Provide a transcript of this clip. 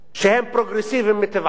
שהם פרוגרסיביים מטבעם,